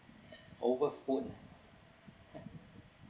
over phone